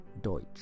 Deutsch